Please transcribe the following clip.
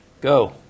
Go